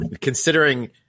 considering